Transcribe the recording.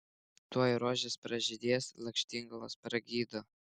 tuoj rožės pražydės lakštingalos pragydo